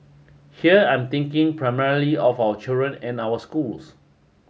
here I'm thinking primarily of our children and our schools